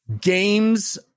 games